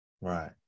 Right